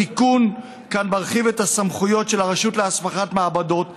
התיקון כאן מרחיב את הסמכויות של הרשות להסמכת מעבדות להסמיך,